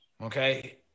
Okay